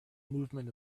movement